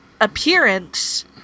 appearance